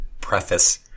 preface